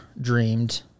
dreamed